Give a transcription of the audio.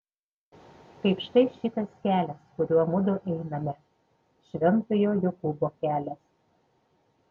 kaip štai šitas kelias kuriuo mudu einame šventojo jokūbo kelias